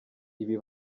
ibi